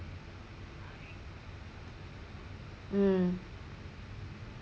mm